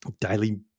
daily